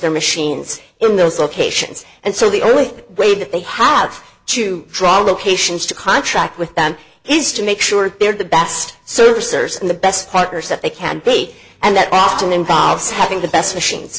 their machines in those locations and so the only way that they have to draw locations to contract with them is to make sure they are the best service or in the best fighters that they can be and that often involves having the best machines